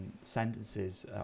sentences